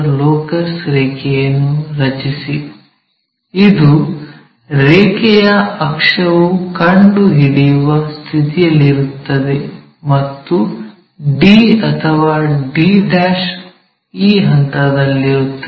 locus ರೇಖೆಯನ್ನು ರಚಿಸಿ ಇದು ರೇಖೆಯ ಅಕ್ಷವು ಕಂಡುಹಿಡಿಯುವ ಸ್ಥಿತಿಯಲ್ಲಿರುತ್ತದೆ ಮತ್ತು d ಅಥವಾ d' ಈ ಹಂತಗಳಲ್ಲಿರುತ್ತದೆ